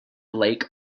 lake